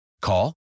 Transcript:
Call